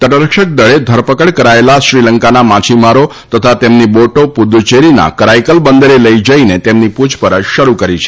તટરક્ષક દળે ધરપકડ કરાયેલા શ્રીલંકાના માછીમારો તથા તેમની બોટો પુદુચેરીના કરાઈકલ બંદરે લઈ જઈને તેમની પુછપરછ શરૃ કરી છે